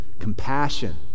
compassion